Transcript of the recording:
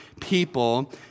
people